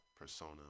persona